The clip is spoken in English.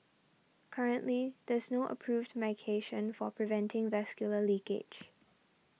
currently there is no approved to medication for preventing vascular leakage